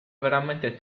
veramente